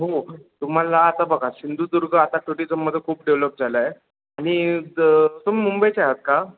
हो तुम्हाला आता बघा सिंधुदुर्ग आता टुरिजममध्ये खूप डेव्हलप झालं आहे आणि तुम्ही मुंबईचे आहात का